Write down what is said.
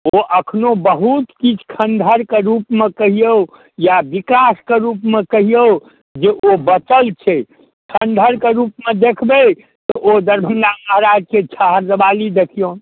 ओ एखनहुँ बहुत किछु खण्डहरके रूपमे कहिऔ या विकासके रूपमे कहिऔ जे ओ बचल छै खण्डहरके रूपमे देखबै तऽ ओ दरभङ्गा राजके छहरदेवाली देखिऔन